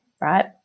Right